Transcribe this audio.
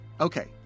Okay